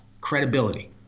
Credibility